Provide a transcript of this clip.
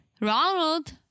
Ronald